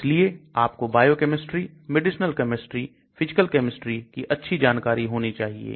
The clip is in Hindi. इसलिए आपको Biochemistry medicinal chemistry physical chemistry कि अच्छी जानकारी होनी चाहिए